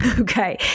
Okay